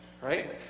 Right